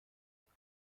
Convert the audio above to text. رفتم